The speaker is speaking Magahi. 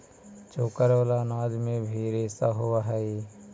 चोकर वाला अनाज में भी रेशा होवऽ हई